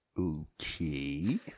Okay